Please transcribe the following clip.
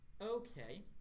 Okay